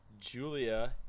Julia